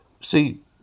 See